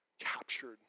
captured